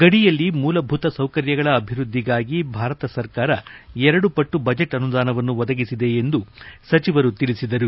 ಗಡಿಯಲ್ಲಿ ಮೂಲಭೂತ ಸೌಕರ್ಯಗಳ ಅಭಿವ್ಯದ್ಲಿಗಾಗಿ ಭಾರತ ಸರ್ಕಾರ ಎರಡುಪಟ್ಟು ಬಜೆಟ್ ಅನುದಾನವನ್ನು ಒದಗಿಸಿದೆ ಎಂದು ಸಚಿವರು ತಿಳಿಸಿದರು